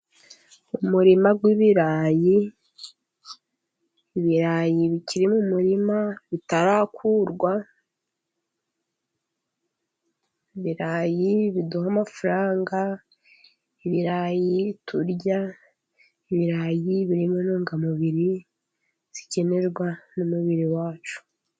Umurima w'ibirayi, ibirayi bikiri mu murima bitarakurwa, ibirayi biduha amafaranga, ibirayi turya, ibirayi birimo intungamubiri zikenerwa n'umubiri wacu.